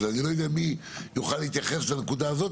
אז אני לא יודע מי יוכל להתייחס לנקודה הזאת,